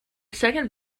second